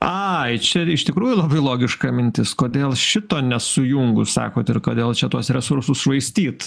ai čia iš tikrųjų labai logiška mintis kodėl šito nesujungus sakot ir kodėl čia tuos resursus švaistyt